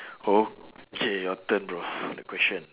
okay your turn bro the question